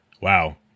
Wow